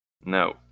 No